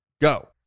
go